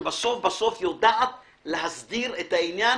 שבסוף-בסוף יודעת להסדיר את העניין,